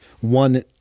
one